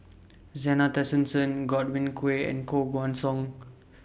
Zena Tessensohn Godwin Koay and Koh Guan Song